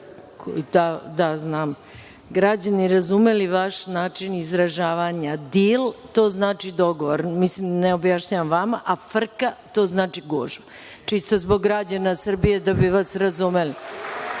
da bi građani razumeli vaš način izražavanja, dil, to znači dogovor, mislim, ne objašnjavam vama, a frka, to znači gužva. Čisto zbog građana Srbije, da bi vas razumeli.